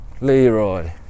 Leroy